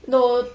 no